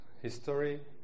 history